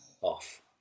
off